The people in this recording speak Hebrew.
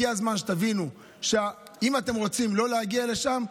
הגיע הזמן שתבינו שאם אתם רוצים לא להגיע לשם,